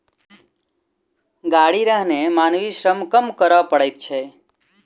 गाड़ी रहने मानवीय श्रम कम करय पड़ैत छै